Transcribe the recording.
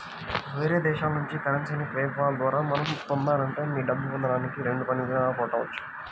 వేరే దేశాల నుంచి కరెన్సీని పే పాల్ ద్వారా మనం పొందాలంటే మీ డబ్బు పొందడానికి రెండు పని దినాలు పట్టవచ్చు